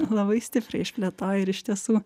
labai stipriai išplėtoja ir iš tiesų